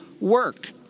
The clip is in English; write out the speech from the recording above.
work